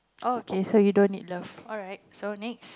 oh okay so you don't need love alright so next